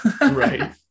right